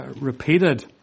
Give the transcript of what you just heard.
repeated